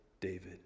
David